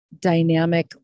dynamic